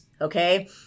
okay